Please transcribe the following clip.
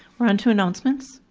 we're onto announcements.